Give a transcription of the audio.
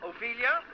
Ophelia